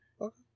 Okay